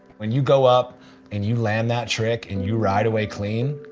when you go up and you land that trick, and you ride away clean.